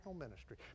ministry